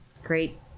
Great